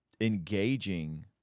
engaging